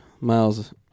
Miles